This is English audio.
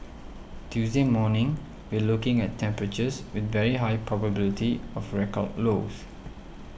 Tuesday morning we're looking at temperatures with very high probability of record lows